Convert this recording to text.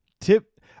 tip